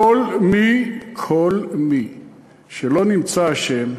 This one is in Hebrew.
כל מי שלא נמצא אשם